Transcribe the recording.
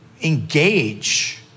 engage